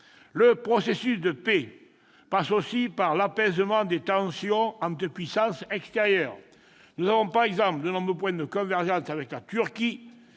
Le processus de paix passe aussi par l'apaisement des tensions entre puissances extérieures. Nous avons par exemple de nombreux points de convergence avec la Turquie,